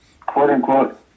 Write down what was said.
quote-unquote